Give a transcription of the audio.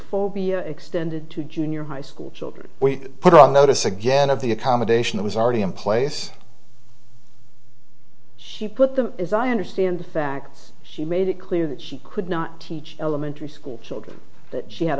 be extended to junior high school children we put on notice again of the accommodation that was already in place she put them as i understand the facts she made it clear that she could not teach elementary school children that she had